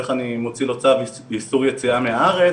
איך אני מוציא לו צו איסור יציאה מהארץ,